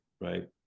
right